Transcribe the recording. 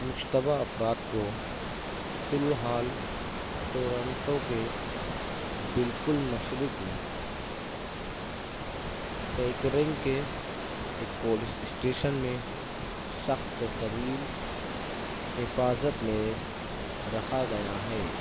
مشتبہ افراد کو فی الحال ٹورنٹو کے بالکل مشرق میں پیکرنگ کے ایک پولیس اسٹیشن میں سخت ترین حفاظت میں رکھا گیا ہے